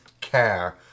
care